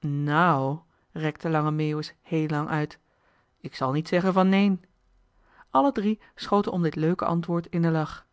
nou rekte lange meeuwis heel lang uit k zal niet zeggen van neen alle drie schoten om dit leuke antwoord in den lach